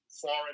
foreign